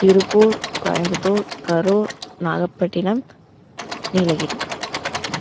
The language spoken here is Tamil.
திருப்பூர் கோயம்புத்தூர் கரூர் நாகப்பட்டினம் நீலகிரி